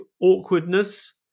awkwardness